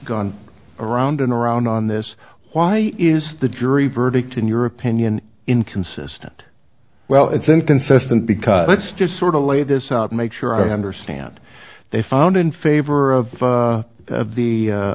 gone around and around on this why is the jury verdict in your opinion inconsistent well it's inconsistent because that's just sort of lay this out make sure i understand they found in favor of